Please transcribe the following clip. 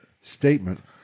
statement